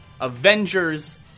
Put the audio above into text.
Avengers